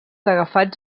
agafats